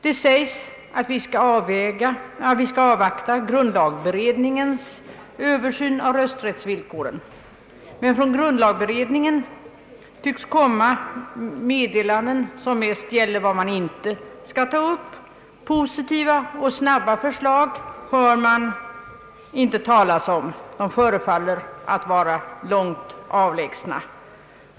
Det sägs att vi skall avvakta grundlagberedningens översyn av rösträttsvillkoren, men från grundlagberedningen tycks komma meddelanden som mest gäller vad man inte skall ta upp. Positiva och snabba förslag hör man inte talas om. De förefaller att vara långt avlägsna.